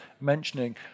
mentioning